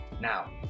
Now